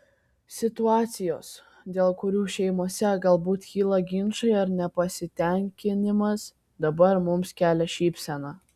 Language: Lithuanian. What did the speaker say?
situacijos dėl kurių šeimose galbūt kyla ginčai ar nepasitenkinimas dabar mums kelia šypseną